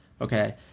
okay